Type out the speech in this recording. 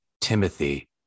timothy